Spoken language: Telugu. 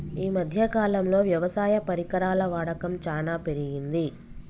ఈ మధ్య కాలం లో వ్యవసాయ పరికరాల వాడకం చానా పెరిగింది